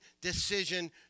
decision